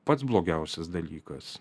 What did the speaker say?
pats blogiausias dalykas